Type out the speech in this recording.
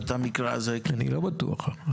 אני לא בטוח.